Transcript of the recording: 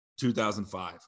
2005